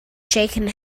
shaken